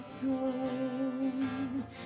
throne